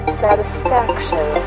satisfaction